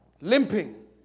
limping